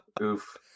oof